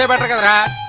um i forgot